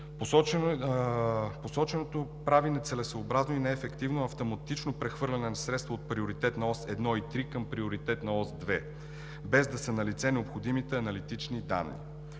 Посоченото прави нецелесъобразно и неефективно автоматично прехвърляне на средства от Приоритетна ос 1 и 3 към Приоритетна ос 2 без да са налице необходимите аналитични данни.